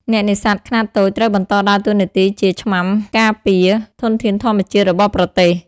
អ្នកនេសាទខ្នាតតូចត្រូវបន្តដើរតួនាទីជា ឆ្មាំការពារ ធនធានធម្មជាតិរបស់ប្រទេស។